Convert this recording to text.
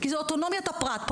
כי זו אוטונומית הפרט פה.